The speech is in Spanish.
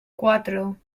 cuatro